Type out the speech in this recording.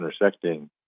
intersecting